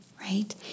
right